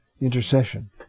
intercession